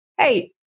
hey